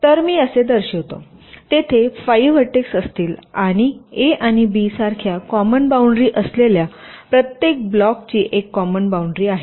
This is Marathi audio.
तर मी असे दर्शवितो तेथे 5 व्हर्टेक्स असतील आणि ए आणि बी सारख्या कॉमन बाउंडरी असलेल्या प्रत्येक ब्लॉकची एक कॉमन बाउंडरी आहे